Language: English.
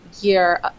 year